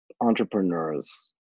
entrepreneurs